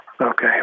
Okay